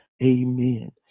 amen